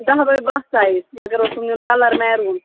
دَہ بَے بَہہ سایِز مگر اوسُم نیُن کَلَر میروٗن